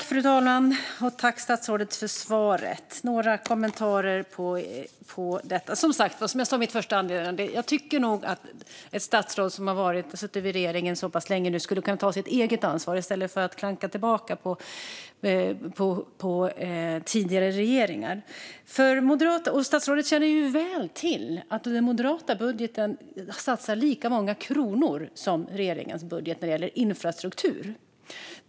Fru talman! Tack, statsrådet, för svaret! Jag har några kommentarer. Som jag sa i mitt första anförande tycker jag att ett statsråd som har suttit i regeringen så pass länge nu skulle kunna ta ett eget ansvar i stället för att klanka ned på tidigare regeringar. Statsrådet känner också väl till att vi i den moderata budgeten satsar lika många kronor på infrastruktur som regeringen gör i sin budget.